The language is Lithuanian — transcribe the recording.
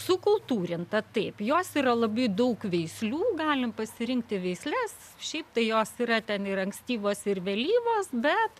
sukultūrintą taip jos yra labai daug veislių galim pasirinkti veisles šiaip tai jos yra ten ir ankstyvos ir vėlyvos bet